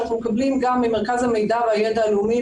אנחנו מקבלים גם ממרכז המידע והידע הלאומי,